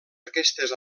aquestes